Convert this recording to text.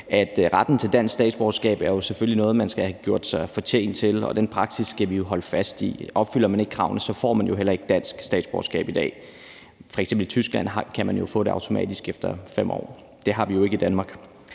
at retten til dansk statsborgerskab jo selvfølgelig er noget, man skal have gjort sig fortjent til, og den praksis skal vi holde fast i. Opfylder man ikke kravene, får man jo heller ikke dansk statsborgerskab i dag. F.eks. kan man i Tyskland få det automatisk efter 5 år, men sådan er det jo ikke i Danmark.